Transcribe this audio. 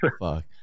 fuck